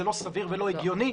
זה לא סביר ולא הגיוני.